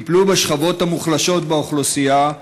טיפלו בשכבות המוחלשות באוכלוסייה,